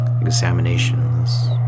examinations